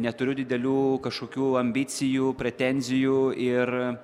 neturiu didelių kažkokių ambicijų pretenzijų ir